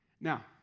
Now